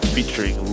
Featuring